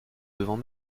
devant